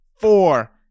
four